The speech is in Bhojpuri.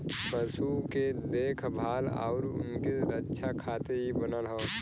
पशु के देखभाल आउर उनके रक्षा खातिर इ बनल हौ